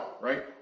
right